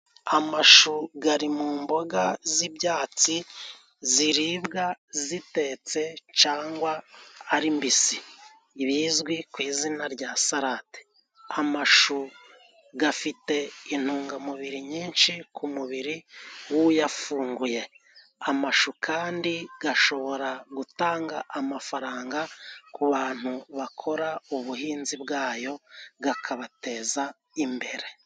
Amashu gari mu mboga z'ibyatsi ziribwa zitetse cangwa ari mbisi bizwi ku izina rya salade. Amashu gafite intungamubiri nyinshi ku mubiri gw'uyafunguye. Amashu kandi gashobora gutanga amafaranga ku bantu bakora ubuhinzi bwayo gakabateza imbere.